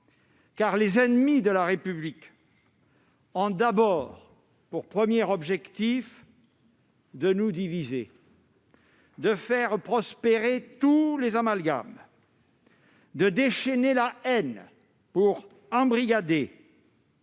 les ennemis de la République ont pour principal objectif de nous diviser, de faire prospérer tous les amalgames, de déchaîner la haine pour embrigader,